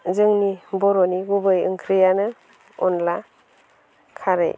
जोंनि बर'नि गुबै ओंख्रियानो अनला खारै